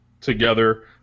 together